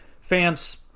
Fans